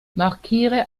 markiere